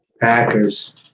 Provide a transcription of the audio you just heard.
Packers